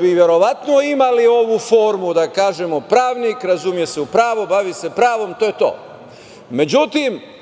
bi verovatno imali ovu formu, da kažemo, pravnik, razume se u pravo, bavi se pravom, to je